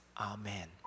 Amen